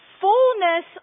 Fullness